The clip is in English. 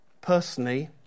Personally